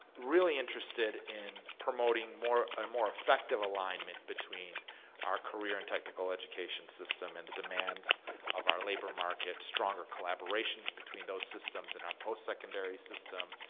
really interested in promoting a ah more effective alignment between our career and technical education system and the demands of our labor market. stronger collaborations between those systems and our post secondary system,